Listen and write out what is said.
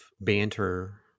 banter